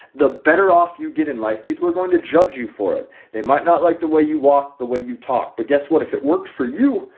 the better off you get in life. people are going to judge you for it. they might not like the way you walk the way you talk. but guess what, if it worked for you,